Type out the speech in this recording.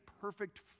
perfect